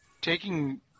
taking